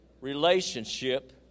relationship